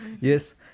Yes